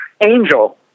Angel